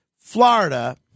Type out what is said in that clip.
Florida –